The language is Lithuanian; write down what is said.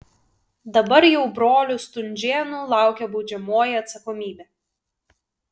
dabar jau brolių stunžėnų laukia baudžiamoji atsakomybė